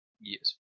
Yes